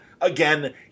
again